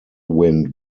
wind